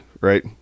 right